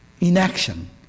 inaction